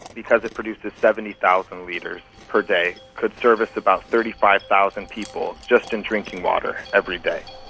because it produces seventy thousand litres per day, could service about thirty five thousand people just in drinking water every day.